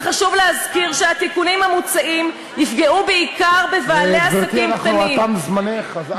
וחשוב להזכיר שהתיקונים המוצעים יפגעו בעיקר בבעלי עסקים קטנים.